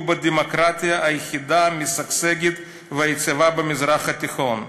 בדמוקרטיה היחידה המשגשגת והיציבה במזרח התיכון.